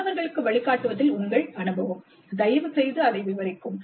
மாணவர்களுக்கு வழிகாட்டுவதில் உங்கள் அனுபவம் தயவுசெய்து அதை விவரிக்கவும்